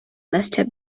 lester